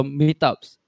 meetups